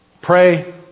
Pray